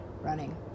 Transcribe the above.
running